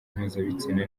mpuzabitsina